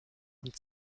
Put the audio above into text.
und